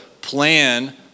plan